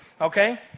okay